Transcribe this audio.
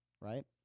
right